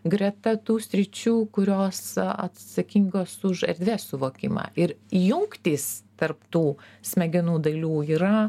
greta tų sričių kurios atsakingos už erdvės suvokimą ir jungtys tarp tų smegenų dalių yra